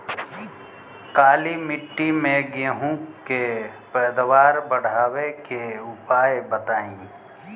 काली मिट्टी में गेहूँ के पैदावार बढ़ावे के उपाय बताई?